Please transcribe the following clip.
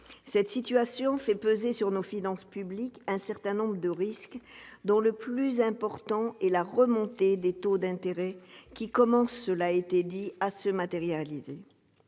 Cette situation fait peser sur nos finances publiques des risques, dont le plus important est la remontée des taux d'intérêt, qui commence à se matérialiser.